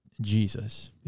Jesus